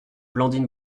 blandine